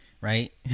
right